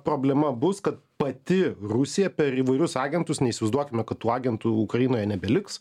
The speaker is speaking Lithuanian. problema bus kad pati rusija per įvairius agentus neįsivaizduokime kad tų agentų ukrainoje nebeliks